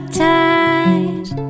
times